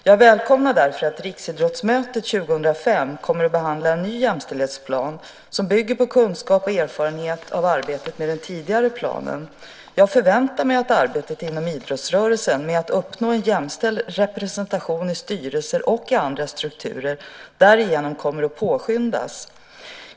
Jag välkomnar därför att Riksidrottsmötet 2005 kommer att behandla en ny jämställdhetsplan som bygger på kunskap och erfarenheter av arbetet med den tidigare planen. Jag förväntar mig att arbetet inom idrottsrörelsen med att uppnå en jämställd representation i styrelser och i andra strukturer därigenom kommer att påskyndas.